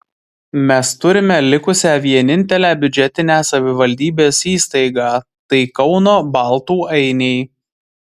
mes turime likusią vienintelę biudžetinę savivaldybės įstaigą tai kauno baltų ainiai